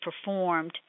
performed